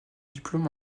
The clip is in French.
diplôme